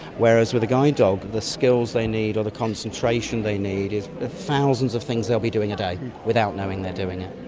whereas with a guide to dog the skills they need or the concentration they need is thousands of things they'll be doing a day without knowing they're doing it.